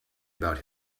about